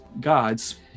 gods